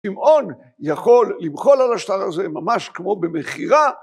שמעון יכול למחול על השטר הזה ממש כמו במכירה.